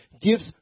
Gives